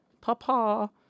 papa